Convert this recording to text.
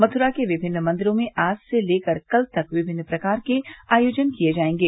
मथुरा के विभिन्न मंदिरों में आज से लेकर कल तक विभिन्न प्रकार के आयोजन किए जाएगे